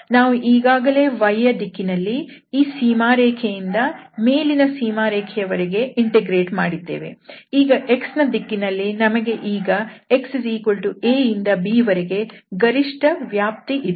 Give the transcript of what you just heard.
ನಾವು ಈಗಾಗಲೇ y ಯ ದಿಕ್ಕಿನಲ್ಲಿ ಈ ಸೀಮಾರೇಖೆ ಯಿಂದ ಮೇಲಿನ ಸೀಮಾರೇಖೆಯ ವರೆಗೆ ಇಂಟಿಗ್ರೇಟ್ ಮಾಡಿದ್ದೇವೆ ಈಗ x ದಿಕ್ಕಿನಲ್ಲಿ ನಮಗೆ ಈಗ x a ಇಂದ bವರೆಗೆ ಗರಿಷ್ಠ ವ್ಯಾಪ್ತಿ ಇದೆ